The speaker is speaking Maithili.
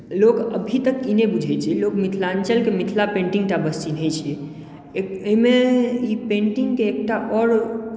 लोक अभी तक ई नहि बुझैत छै लोक मिथिलाञ्चलके मिथिला पेंटिंगटा बस चिन्हैत छै ओहिमे ई पेंटिंगके एकटा आओर